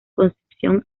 concepción